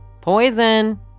poison